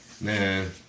Man